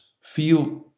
feel